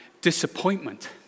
disappointment